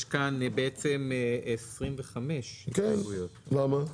יש כאן בעצם 25. למה?